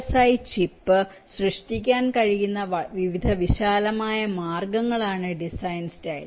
I chip സൃഷ്ടിക്കാൻ കഴിയുന്ന വിവിധ വിശാലമായ മാർഗങ്ങളാണ് ഡിസൈൻ സ്റ്റൈൽസ്